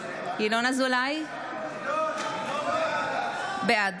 אזולאי, בעד